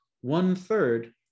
One-third